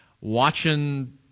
watching